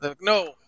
No